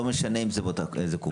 לא משנה איזו קופה.